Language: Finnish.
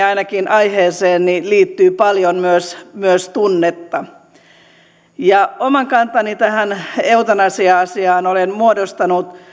ainakin itselläni aiheeseen liittyy paljon myös myös tunnetta oman kantani tähän eutanasia asiaan olen muodostanut